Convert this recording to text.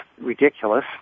ridiculous